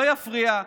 לא יפריע,